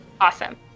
Awesome